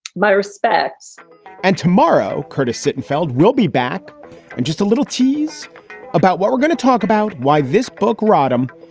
my respects and tomorrow, curtis sittenfeld will be back. and just a little tease about what we're going to talk about, why this book, rodham,